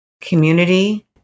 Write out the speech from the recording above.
community